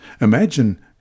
imagine